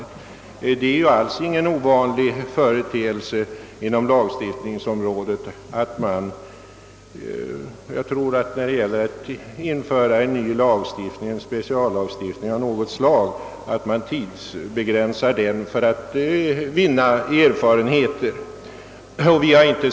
Det är ju inte alls någon ovanlig företeelse att man när det gäller att införa en ny lagstiftning, en speciallagstiftning av något slag, tidsbegränsar den för att vid en förnyad översyn kunna dra nytta av vunna erfarenheter.